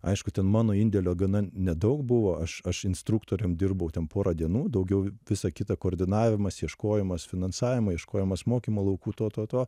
aišku ten mano indėlio gana nedaug buvo aš aš instruktorium dirbau ten porą dienų daugiau visą kitą koordinavimas ieškojimas finansavimo ieškojimas mokymo laukų to to to